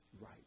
right